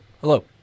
Hello